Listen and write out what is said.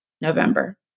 November